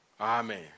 Amen